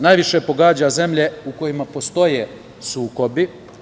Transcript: Najviše pogađa zemlje u kojima postoje sukobi.